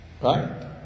Right